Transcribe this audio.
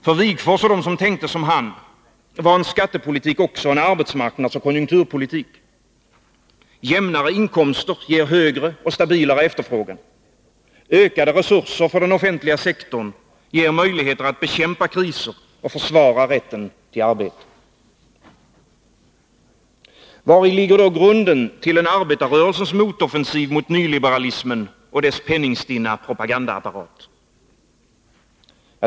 För Wigforss och de som tänkte som han var skattepolitik också arbetsmarknadsoch konjunkturpolitik. Jämnare inkomster ger högre och stabilare efterfrågan. Ökade resurser för den offentliga sektorn ger möjligheter att bekämpa kriser och försvara rätten till arbete. Vari ligger då grunden till en arbetarrörelses motoffensiv mot nyliberalismen och dess penningstinna propagandaapparat?